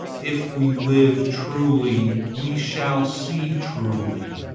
if we live truly, we shall see truly.